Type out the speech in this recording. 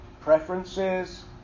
preferences